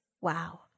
wow